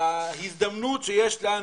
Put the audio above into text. ההזדמנות שיש לנו